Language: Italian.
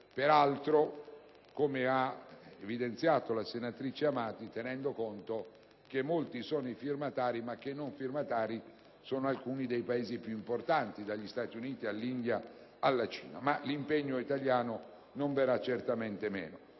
peraltro, come ha evidenziato la senatrice Amati, che molti sono i firmatari ma che i non firmatari sono alcuni dei Paesi più importanti, dagli Stati Uniti, all'India alla Cina. Comunque l'impegno italiano non verrà certamente meno.